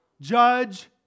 judge